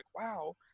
wow